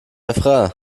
refrain